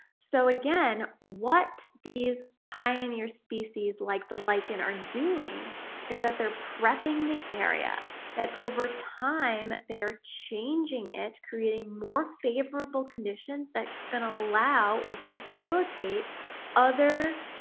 so again, what these pioneer species like the lichen are doing is that they're prepping the area that over time they are changing it, creating more favourable conditions that's going to allow or facilitate other